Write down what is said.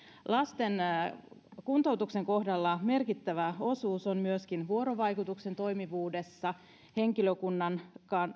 lasten kuntoutuksen kohdalla merkittävä osuus on myöskin vuorovaikutuksen toimivuudessa henkilökunnan